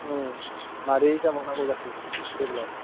मारै जाबावनांगौ जाखो देग्लाय